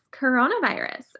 coronavirus